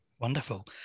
Wonderful